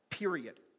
period